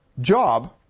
job